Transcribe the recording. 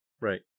Right